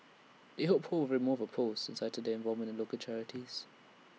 they hope ho will remove her post and cited their involvement in local charities